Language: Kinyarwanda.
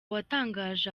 watangaje